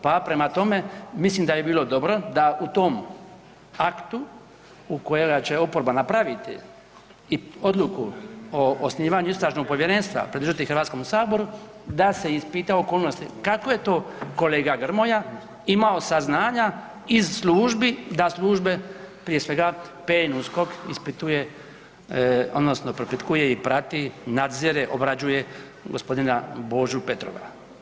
Pa prema tome mislim da bi bilo dobro da u tom aktu u kojega će oporba napraviti i odluku o osnivanju istražnog povjerenstva pridružiti Hrvatskom saboru da se ispita okolnosti kako je to kolega Grmoja imao saznanja iz službi da službe prije svega PNUSKOK ispituje odnosno propitkuje i prati, nadzire, obrađuje gospodina Božu Petrova.